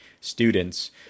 students